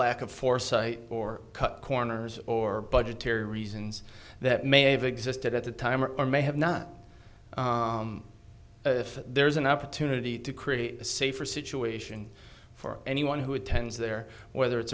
lack of foresight or cut corners or budgetary reasons that may have existed at the time or or may have not if there is an opportunity to create a safer situation for anyone who attends there whether it's